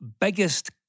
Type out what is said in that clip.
biggest